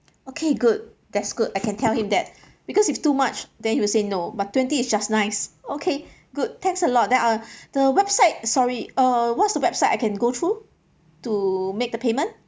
okay good that's good I can tell him that because if too much then he will say no but twenty is just nice okay good thanks a lot then I'll the website sorry uh what's the website I can go through to make the payment